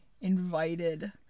invited